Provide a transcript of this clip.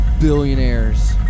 billionaires